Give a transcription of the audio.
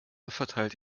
verteilt